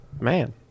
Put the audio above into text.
Man